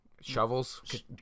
Shovels